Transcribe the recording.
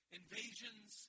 invasions